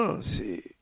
c'est